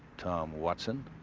tom watson